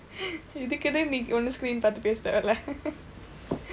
இதுக்கு என்ன நீ ஒரு:ithukku enna nii oru screen பார்த்து பேச தேவையில்லை:paarththu peesa theevaiyillai